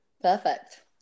Perfect